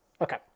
Okay